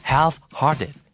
Half-hearted